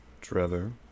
Trevor